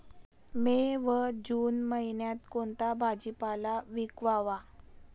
मे व जून महिन्यात कोणता भाजीपाला पिकवावा?